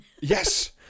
Yes